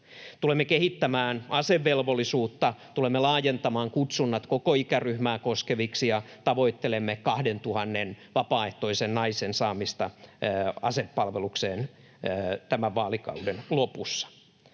Tulemme kehittämään asevelvollisuutta, tulemme laajentamaan kutsunnat koko ikäryhmää koskeviksi ja tavoittelemme 2 000 vapaaehtoisen naisen saamista asepalvelukseen tämän vaalikauden lopussa.